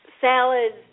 salads